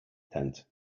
tent